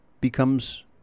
becomes